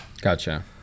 Gotcha